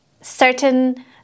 certain